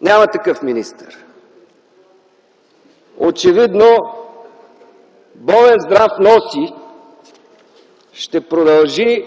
Няма такъв министър. Очевидно „Болен здрав носи” ще продължи